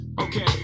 Okay